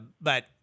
But-